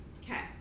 okay